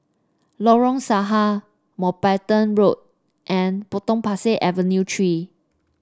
Lorong Sahad Mountbatten Road and Potong Pasir Avenue Three